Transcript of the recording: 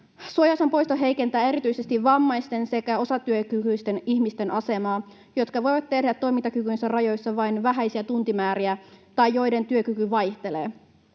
Suojaosan poisto heikentää erityisesti vammaisten sekä osatyökykyisten ihmisten, jotka voivat tehdä toimintakykynsä rajoissa vain vähäisiä tuntimääriä tai joiden työkyky vaihtelee,